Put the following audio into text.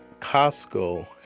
Costco